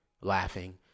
laughing